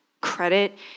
credit